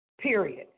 period